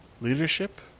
leadership